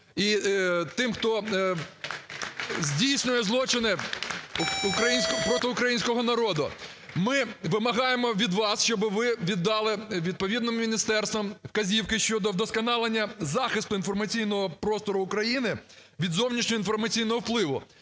і тим, хто здійснює злочини проти українського народу. (Оплески) Ми вимагаємо від вас, щоби ви віддали відповідним міністерствам вказівки щодо вдосконалення захисту інформаційного простору України від зовнішнього інформаційного впливу.